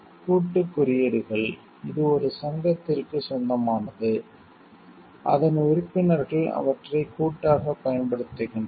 கூட்டு குறியீடுகள் இது ஒரு சங்கத்திற்கு சொந்தமானது அதன் உறுப்பினர்கள் அவற்றை கூட்டாக பயன்படுத்துகின்றனர்